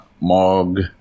Mog